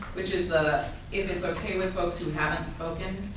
which is the if it's okay with folks who haven't spoken,